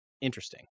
interesting